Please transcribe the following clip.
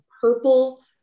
purple